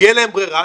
כי אין להן ברירה,